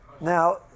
Now